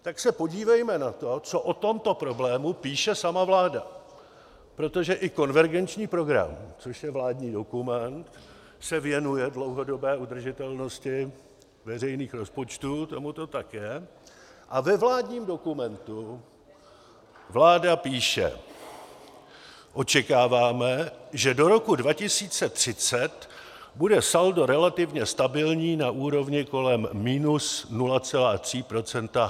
Tak se podívejme na to, co o tomto problému píše sama vláda, protože i konvergenční program, což je vládní dokument, se věnuje dlouhodobé udržitelnosti veřejných rozpočtů, tomuto také, a ve vládním dokumentu vláda píše: Očekáváme, že do roku 2030 bude saldo relativně stabilní na úrovni kolem minus 0,3 % HDP.